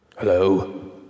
Hello